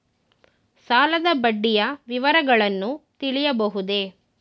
ಸಾಲದ ಬಡ್ಡಿಯ ವಿವರಗಳನ್ನು ತಿಳಿಯಬಹುದೇ?